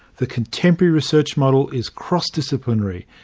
the contemporary research model is cross-disciplinary,